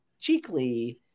cheekly